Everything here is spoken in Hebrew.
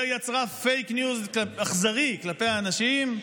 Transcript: יותר יצרה פייק ניוז אכזרי כלפי אנשים,